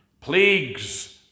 Plagues